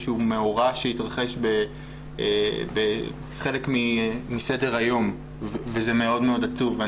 שהוא מאורע שהתרחש כחלק מסדר היום וזה מאוד מאוד עצוב.